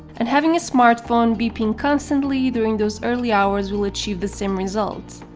and having a smartphone beeping constantly during those early hours will achieve the same result.